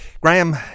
Graham